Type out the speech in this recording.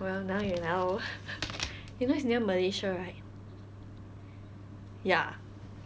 well now you know you know it's near malaysia right ya